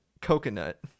coconut